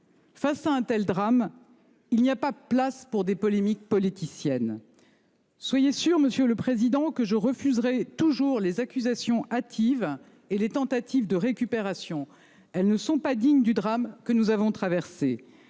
Face à un tel drame. Il n'y a pas place pour des polémiques politiciennes. Soyez sûr, monsieur le président que je refuserai toujours les accusations hâtives et les tentatives de récupération, elles ne sont pas dignes du drame que nous avons. Alors